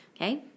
Okay